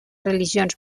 religions